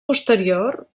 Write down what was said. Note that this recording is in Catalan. posterior